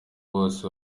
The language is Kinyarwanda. bose